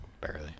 Barely